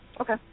Okay